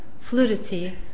fluidity